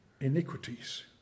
iniquities